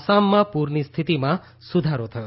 આસામમાં પૂરની સ્થિતિમાં સુધારો થયો છે